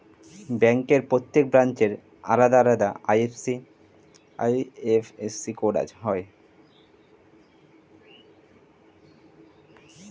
ব্যাংকের প্রত্যেক ব্রাঞ্চের আলাদা আলাদা আই.এফ.এস.সি কোড হয়